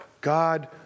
God